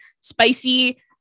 spicy